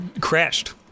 crashed